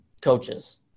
coaches